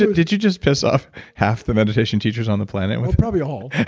um did you just piss off half the meditation teachers on the planet? oh, probably all.